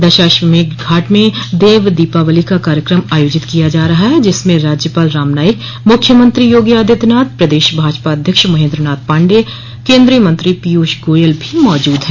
दशाश्वमेघ घाट में देव दीपावली कार्यकम आयोजित किया जा रहा है जिसमें राज्यपाल राम नाईक मुख्यमंत्री योगी आदित्यनाथ प्रदश भाजपा अध्यक्ष महेन्द्र नाथ पाण्डेय केन्द्रीय मंत्री पीयूष गोयल भी मौजूद है